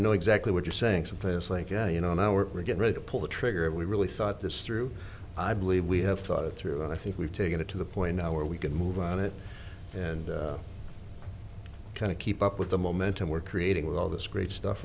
know exactly what you saying some place like yeah you know now we're get ready to pull the trigger if we really thought this through i believe we have thought it through and i think we've taken it to the point now where we can move on it and kind of keep up with the momentum we're creating with all this great stuff